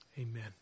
Amen